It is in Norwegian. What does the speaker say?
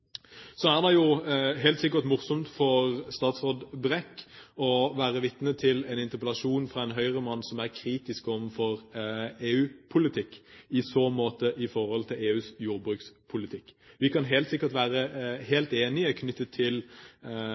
Så er det helt sikkert morsomt for statsråd Brekk å være vitne til en interpellasjon fra en Høyre-mann som er kritisk overfor EUs politikk, i så måte EUs jordbrukspolitikk. Vi kan sikkert være helt enige